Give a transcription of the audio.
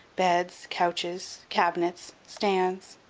beds, couches, cabinets, stands,